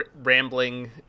rambling